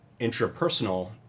intrapersonal